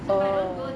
oh